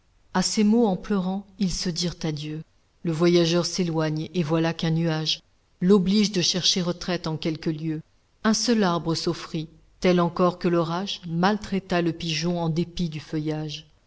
à ces mots en pleurant ils se dirent adieu le voyageur s'éloigne et voilà qu'un nuage l'oblige de chercher retraite en quelque lieu un seul arbre s'offrit tel encor que l'orage maltraita le pigeon en dépit du feuillage